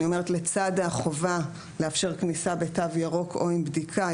זאת אומרת לצד החובה לאפשר כניסה בתו ירוק או עם בדיקה,